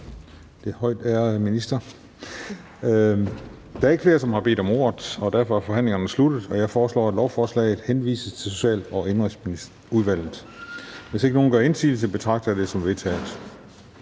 til den højtærede minister. Der er ikke flere, som har bedt om ordet, og dermed er forhandlingerne slut. Jeg foreslår, at lovforslaget henvises til Social- og Indenrigsudvalget. Hvis ingen gør indsigelse, betragter jeg det som vedtaget.